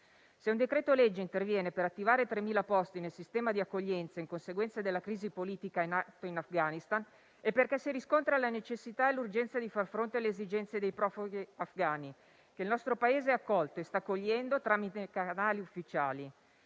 Se un decreto-legge interviene per attivare 3.000 posti nel sistema di accoglienza in conseguenza della crisi politica in atto in Afghanistan, è perché si riscontrano la necessità e l'urgenza di far fronte alle esigenze dei profughi afghani, che il nostro Paese ha accolto e sta accogliendo tramite canali ufficiali.